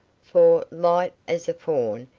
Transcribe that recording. for, light as a fawn,